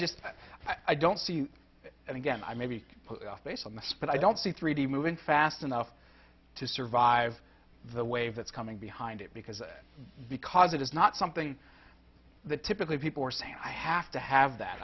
just i don't see it and again i may be off base on the spot i don't see three d moving fast enough to survive the wave that's coming behind it because it because it is not something that typically people are saying i have to have that